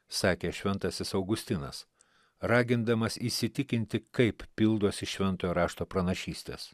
sakė šventasis augustinas ragindamas įsitikinti kaip pildosi šventojo rašto pranašystės